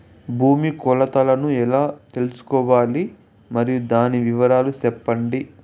భూమి కొలతలను ఎలా తెల్సుకోవాలి? మరియు దాని వివరాలు సెప్పండి?